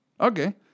Okay